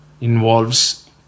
involves